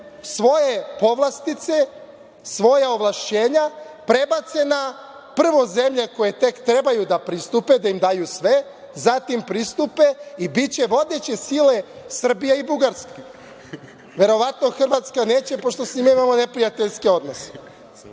svoje povlastice, svoja ovlašćenja prebace na prvo, zemlje koje tek trebaju da pristupe, da im daju sve, zatim pristupe i biće vodeće sile Srbija i Bugarska. Verovatno Hrvatska neće pošto sa njima imamo neprijateljske odnose. To